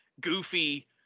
goofy